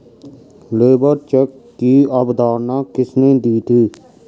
Labour check की अवधारणा किसने दी थी?